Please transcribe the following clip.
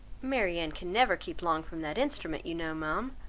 marianne can never keep long from that instrument you know, ma'am,